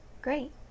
Great